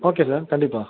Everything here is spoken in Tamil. ஓகே சார் கண்டிப்பாக